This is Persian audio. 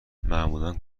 معمولا